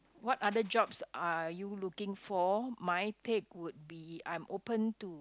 what other jobs are you looking for my take would be I'm open to